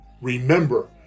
Remember